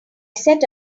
set